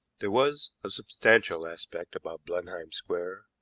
there was a substantial aspect about blenheim square,